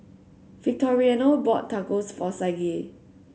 Victoriano bought Tacos for Saige